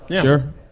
Sure